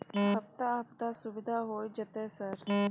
हफ्ता हफ्ता सुविधा होय जयते सर?